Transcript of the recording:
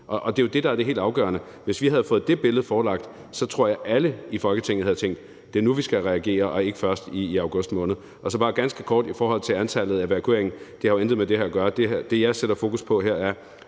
og det er jo det, der er det helt afgørende. Hvis vi havde fået det billede forelagt, tror jeg, alle i Folketinget havde tænkt, at det er nu, vi skal reagere, og ikke først i august måned. Så vil jeg bare sige ganske kort i forhold til antallet af evakuerede, at det jo intet har med det her at gøre. Det, jeg sætter fokus på her, er,